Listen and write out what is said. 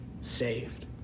saved